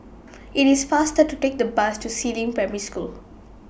IT IS faster to Take The Bus to Si Ling Primary School